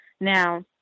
Now